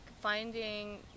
finding